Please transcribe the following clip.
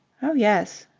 oh, yes.